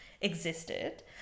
existed